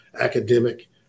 academic